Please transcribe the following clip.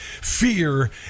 fear